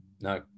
No